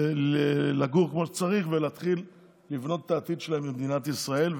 לגור כמו שצריך ולהתחיל לבנות את העתיד שלהם במדינת ישראל.